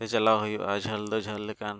ᱛᱮ ᱪᱟᱞᱟᱣ ᱦᱩᱭᱩᱜᱼᱟ ᱡᱷᱟᱹᱞ ᱫᱚ ᱡᱷᱟᱹᱞ ᱞᱮᱠᱟᱱ